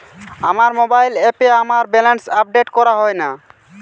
আমার মোবাইল অ্যাপে আমার ব্যালেন্স আপডেট করা হয় না